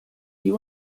die